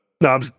no